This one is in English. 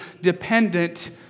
dependent